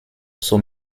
sous